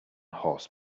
horse